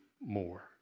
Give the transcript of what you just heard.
more